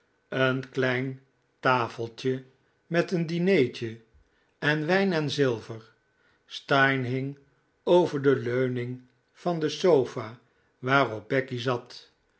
een klein tafeltje met een dineetje en wijn en zilver steyne hing over de leuning van de sofa waarop becky zat